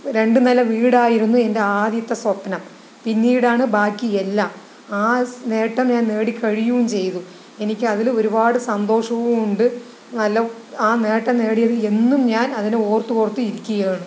രണ്ടു രണ്ടുനില വീടായിരുന്നു എൻ്റെ ആദ്യത്തെ സ്വപ്നം പിന്നീടാണ് ബാക്കിയെല്ലാം ആ നേട്ടം ഞാൻ നേടിക്കഴിയും ചെയ്തു എനിക്ക് അതില് ഒരുപാട് സന്തോഷവുമുണ്ട് നല്ല ആ നേട്ടം നേടിയതിൽ എന്നും ഞാൻ അതിനെ ഓർത്ത് ഓർത്ത് ഇരിക്കുകയും ആണ്